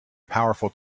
powerful